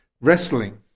wrestling